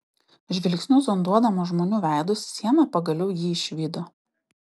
žvilgsniu zonduodama žmonių veidus siena pagaliau jį išvydo